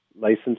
License